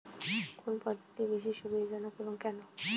কোন পদ্ধতি বেশি সুবিধাজনক এবং কেন?